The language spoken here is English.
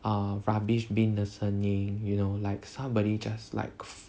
err rubbish bin 的声音 you know like somebody just like